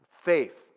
Faith